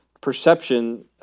perception